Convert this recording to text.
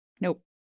Nope